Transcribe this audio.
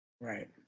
Right